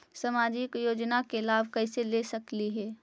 सामाजिक योजना के लाभ कैसे ले सकली हे?